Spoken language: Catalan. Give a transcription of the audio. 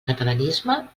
catalanisme